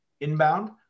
inbound